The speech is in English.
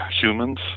humans